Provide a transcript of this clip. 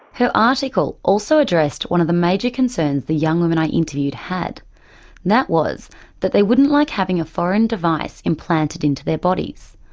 so article also addressed one of the major concerns the young women i interviewed had, and that was that they wouldn't like having a foreign device implanted into their bodies.